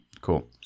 Cool